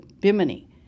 Bimini